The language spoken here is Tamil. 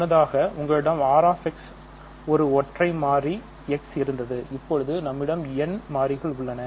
முன்னதாக எங்களிடம் RX ஒரு ஒற்றை மாறி X இருந்தது இப்போது நம்மிடம் n மாறிகள் உள்ளன